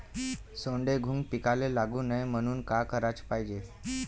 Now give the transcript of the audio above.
सोंडे, घुंग पिकाले लागू नये म्हनून का कराच पायजे?